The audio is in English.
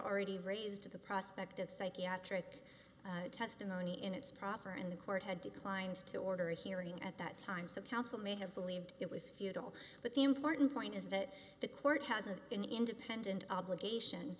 already raised the prospect of psychiatric testimony in its proper and the court had declined to order a hearing at that time so counsel may have believed it was futile but the important point is that the court has an independent obligation